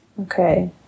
Okay